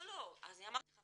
אמרתי לך,